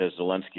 Zelensky